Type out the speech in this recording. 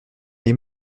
les